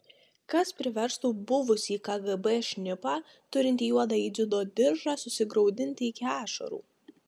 kas priverstų buvusį kgb šnipą turintį juodąjį dziudo diržą susigraudinti iki ašarų